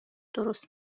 درست